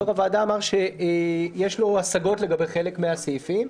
אמר שיש לו השגות לגבי חלק מהסעיפים.